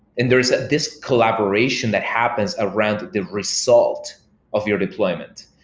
and there's this collaboration that happens around the result of your deployment.